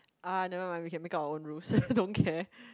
ah never mind we can make up our own rules don't care